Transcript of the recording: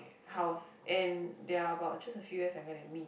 house and they are about just a few years younger than me